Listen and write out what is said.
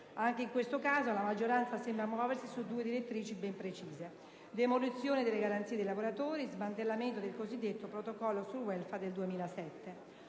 Anche in questo caso, la maggioranza sembra muoversi su due direttrici ben precise: demolizione delle garanzie dei lavoratori e smantellamento del cosiddetto Protocollo sul *Welfare* del 2007.